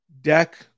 Deck